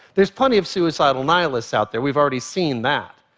there's plenty of suicidal nihilists out there. we've already seen that.